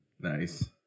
Nice